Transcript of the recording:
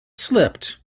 slipped